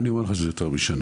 ואני אומר לך שזה יותר משנה.